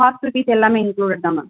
hostel fees எல்லாமே included தான் ma'am